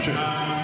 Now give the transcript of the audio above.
בבקשה.